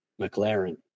McLaren